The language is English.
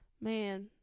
man